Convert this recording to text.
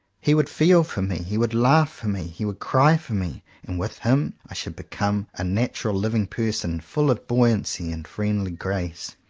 he would feel for me he would laugh for me he would cry for me and with him i should become a natural living person full of buoyancy and friendly grace.